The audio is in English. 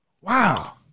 wow